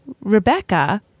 Rebecca